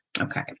okay